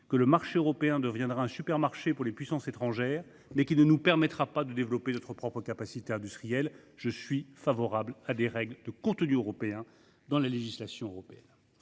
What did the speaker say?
que le marché européen deviendra un supermarché pour les puissances étrangères, mais qu’il ne nous permettra pas de développer notre propre capacité industrielle. Je suis donc favorable, je le redis, à des règles de contenu européen dans la législation européenne.